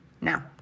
Now